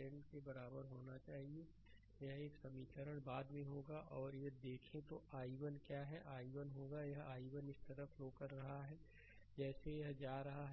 0 के बराबर होना चाहिए यह एक समीकरण बाद में होगा और यदि देखें तो i1 क्या है i1 होगा यह i1 इस तरह फ्लो कर रहा है जैसे यह जा रहा है